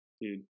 dude